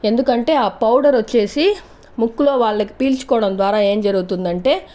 ఎందుకంటే ఆ పౌడర్ వచ్చేసి ముక్కులో వాళ్ళకి పీల్చుకోవడం ద్వారా ఏం జరుగుతుందంటే